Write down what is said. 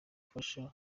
gufasha